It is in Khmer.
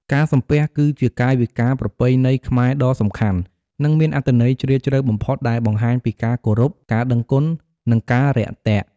ការសំពះ គឺជាកាយវិការប្រពៃណីខ្មែរដ៏សំខាន់ និងមានអត្ថន័យជ្រាលជ្រៅបំផុត ដែលបង្ហាញពីការគោរព ការដឹងគុណ និងការរាក់ទាក់។